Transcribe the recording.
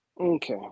Okay